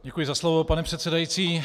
Děkuji za slovo, pane předsedající.